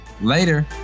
Later